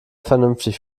vernünftig